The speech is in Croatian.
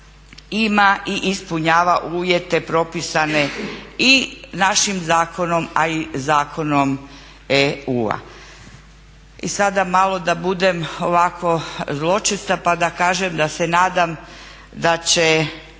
ima i ispunjava uvjete propisane i našim zakonom a i zakonom EU-a. I sada malo da budem ovako zločesta pa da kažem da se nadam da će